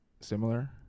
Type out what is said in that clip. similar